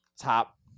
top